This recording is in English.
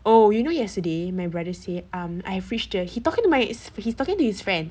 oh you know yesterday my brother say um I have reached the he talking to my he talking to his friend